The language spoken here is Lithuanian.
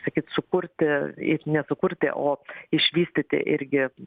sakyt sukurti ir nesukurti o išvystyti irgi